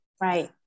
Right